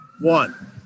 one